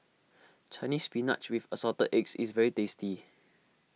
Chinese Spinach with Assorted Eggs is very tasty